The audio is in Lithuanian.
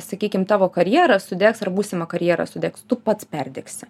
sakykim tavo karjera sudegs ar būsima karjera sudegs tu pats perdegsi